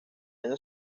año